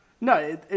No